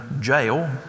jail